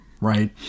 right